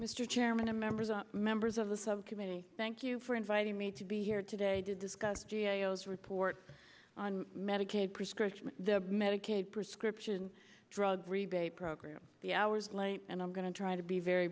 mr chairman and members and members of the subcommittee thank you for inviting me to be here today to discuss geos report on medicaid prescription the medicaid prescription drug rebate program the hours late and i'm going to try to be very